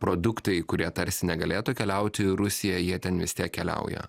produktai kurie tarsi negalėtų keliauti į rusiją jie ten vis tiek keliauja